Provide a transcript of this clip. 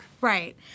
Right